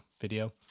video